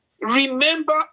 Remember